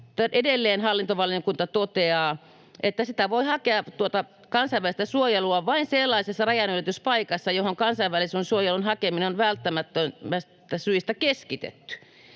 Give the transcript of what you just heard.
Edelleen hallintovaliokunta toteaa, että voi hakea kansainvälistä suojelua vain sellaisessa rajanylityspaikassa, johon kansainvälisen suojelun hakeminen on välttämättömistä syistä keskitetty,